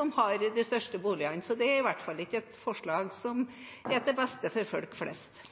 som har de største boligene, så det er i hvert fall ikke et forslag som er til beste for folk flest.